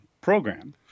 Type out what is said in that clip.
program